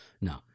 No